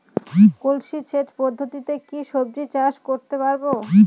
কলসি সেচ পদ্ধতিতে কি সবজি চাষ করতে পারব?